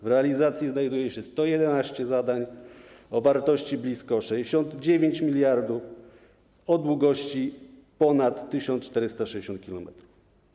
W realizacji znajduje się 111 zadań o wartości blisko 69 mld zł i o długości ponad 1460 km.